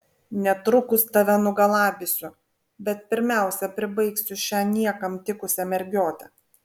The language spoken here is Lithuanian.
netrukus tave nugalabysiu bet pirmiausia pribaigsiu šią niekam tikusią mergiotę